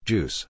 Juice